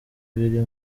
biri